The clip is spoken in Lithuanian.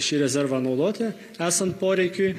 šį rezervą naudoti esant poreikiui